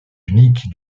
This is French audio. unique